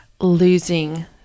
losing